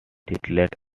titled